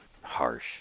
Harsh